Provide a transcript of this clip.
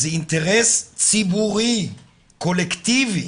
זה אינטרס ציבורי קולקטיבי